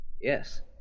Yes